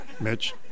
Mitch